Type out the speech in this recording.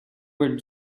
were